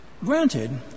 Granted